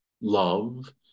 Love